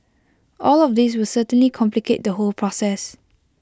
all of these will certainly complicate the whole process